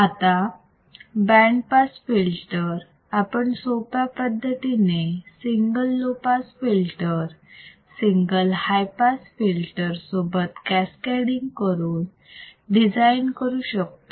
आता band pass filter आपण सोप्या पद्धतीने single low pass filter single high pass filter सोबत कॅसकॅडिंग करून डिझाईन करू शकतो